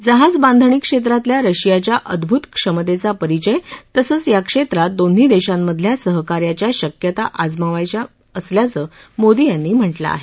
जहाज बांधणी क्षेत्रातल्या रशियाच्या अड्रुत क्षमतेचा परिचय तसंच या क्षेत्रात दोन्ही देशांमधल्या सहकार्याच्या शक्यता अजमावयाच्या मिळणार असल्याचं मोदी यांनी म्हटलं आहे